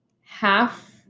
half